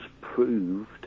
proved